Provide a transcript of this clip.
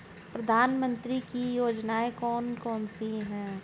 प्रधानमंत्री की योजनाएं कौन कौन सी हैं?